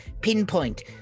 pinpoint